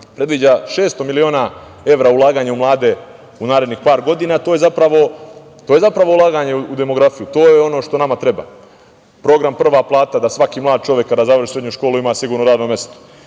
predviđa 600 miliona evra ulaganja u mlade u narednih par godina. To je zapravo ulaganje u demografiju. To je ono što nama treba. Program „Prva plata“ da svaki mlad čovek kada završi srednju školu ima sigurno radno mesto.